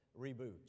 reboot